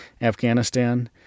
Afghanistan